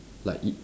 like i~